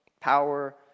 power